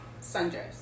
Sundress